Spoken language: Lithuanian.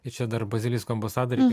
ir čia dar bazilisko ambasada